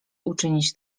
uczynić